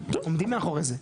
אנחנו עומדים מאחורי זה.